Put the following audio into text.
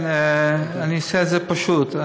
כן, אני אעשה את זה פשוט.